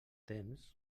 temps